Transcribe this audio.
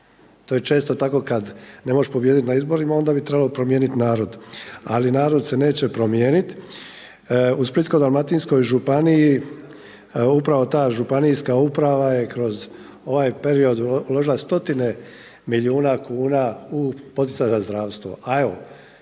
To je često tako kada ne možeš pobijediti na izborima onda bi trebalo promijeniti narod, ali narod se neće promijeniti. U Splitsko-dalmatinskoj županiji, upravo ta županijska uprava je kroz ovaj period uložila stotine milijuna kuna u poticanje za zdravstvo.